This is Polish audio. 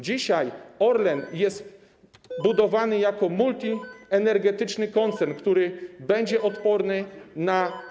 Dzisiaj Orlen jest budowany jako multienergetyczny koncern, który będzie odporny na.